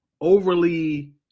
overly